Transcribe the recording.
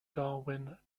darwin